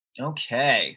okay